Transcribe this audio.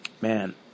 man